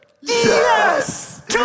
Yes